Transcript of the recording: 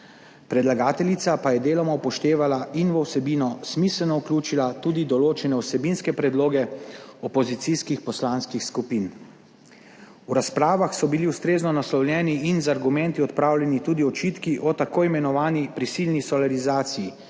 Predlagateljica pa je deloma upoštevala in v vsebino smiselno vključila tudi določene vsebinske predloge opozicijskih poslanskih skupin. V razpravah so bili ustrezno naslovljeni **11. TRAK (VI) 11.30** (nadaljevanje) in z argumenti odpravljeni tudi očitki o tako imenovani prisilni solarizaciji,